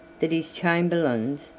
that his chamberlains,